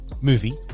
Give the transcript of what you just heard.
movie